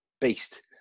beast